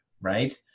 right